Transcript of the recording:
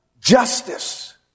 justice